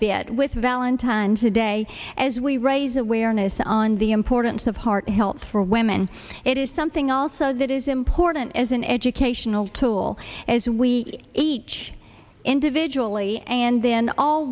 bit with valentine today as we raise awareness on the importance of heart health for women it is something also that is important as an educational tool as we each individually and then all